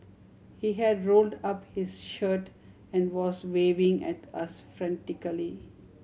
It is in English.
he had rolled up his shirt and was waving at us frantically